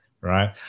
right